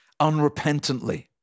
unrepentantly